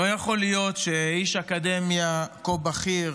לא יכול להיות שאיש אקדמיה כה בכיר